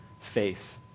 faith